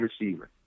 receiver